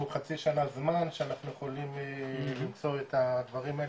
חצי שנה זמן שאנחנו יכולים למצוא את הדברים האלה,